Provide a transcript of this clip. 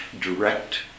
direct